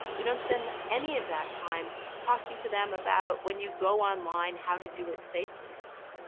we don't spend any of that time talking to them about when you go online, how to do it safely.